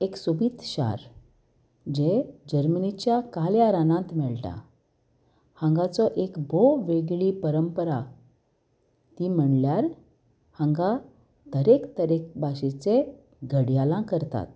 एक सोबीत शार जें जर्मनीच्या काल्या रानांत मेळटा हांगाचो एक बोव वेगळी परंपरा ती म्हणल्यार हांगा तरेक तरेक भाशेचे घडयाळ करतात